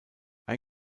ein